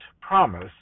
promise